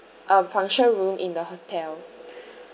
a function room in the hotel